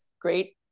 great